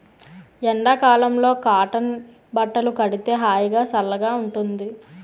ఎండ కాలంలో కాటన్ బట్టలు కడితే హాయిగా, సల్లగా ఉంటుంది